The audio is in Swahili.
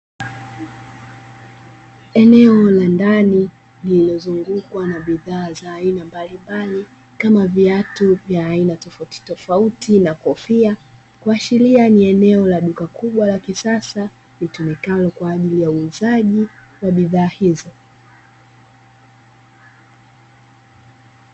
Eneo la ndani lililozungukwa na bidhaa za aina mbalimbali, kama viatu vya aina tofautitofauti na kofia, kuashiria ni eneo la duka kubwa la kisasa litumikalo kwa ajili ya uuzaji wa bidhaa hizo.